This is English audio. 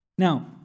Now